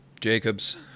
jacobs